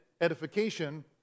edification